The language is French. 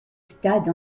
stades